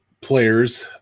players